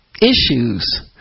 issues